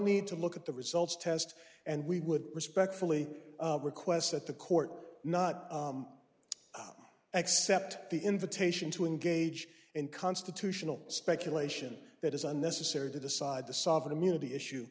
need to look at the results test and we would respectfully request that the court not accept the invitation to engage in constitutional speculation that is unnecessary to decide the soft immunity issue